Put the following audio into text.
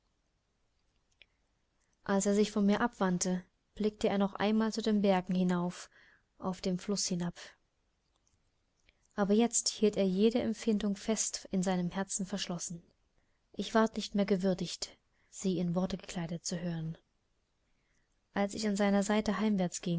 als er sich von mir abwandte blickte er noch einmal zu den bergen hinauf auf den fluß hinab aber jetzt hielt er jede empfindung fest in seinem herzen verschlossen ich ward nicht mehr gewürdigt sie in worte gekleidet zu hören als ich an seiner seite